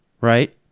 right